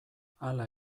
hala